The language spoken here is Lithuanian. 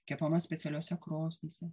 kepama specialiose krosnyse